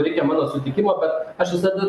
reikia mano sutikimo bet aš visada